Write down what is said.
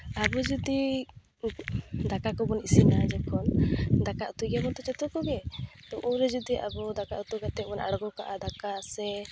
ᱟᱵᱚ ᱡᱩᱫᱤ ᱫᱟᱠᱟ ᱠᱚᱵᱚᱱ ᱤᱥᱤᱱᱟ ᱡᱚᱠᱷᱚᱱ ᱫᱟᱠᱟ ᱩᱛᱩᱭ ᱜᱮᱭᱟ ᱵᱚᱱᱛᱚ ᱡᱚᱛᱚ ᱠᱚᱜᱮ ᱩᱱᱨᱮ ᱡᱩᱫᱤ ᱟᱵᱚ ᱫᱟᱠᱟ ᱩᱛᱩ ᱠᱟᱛᱮ ᱵᱚᱱ ᱟᱬᱜᱚ ᱠᱟᱜᱼᱟ ᱫᱟᱠᱟ ᱥᱮ